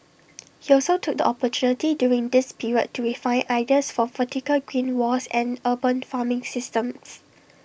he also took the opportunity during this period to refine ideas for vertical green walls and urban farming systems